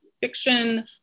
fiction